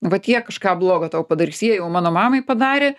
vat jie kažką blogo tau padarys jie jau mano mamai padarė